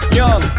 young